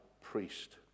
priest